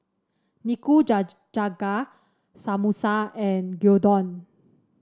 Samosa and Gyudon